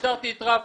פיטרתי את רפי.